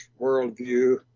worldview